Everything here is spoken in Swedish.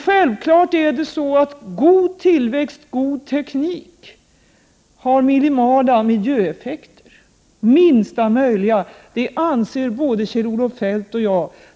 Självfallet är det så att god tillväxt, god teknik har minimala miljöeffekter, minsta möjliga. Det anser både Kjell-Olof Feldt och jag.